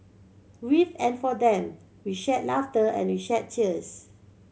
with and for them we shared laughter and we shed tears